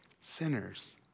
sinners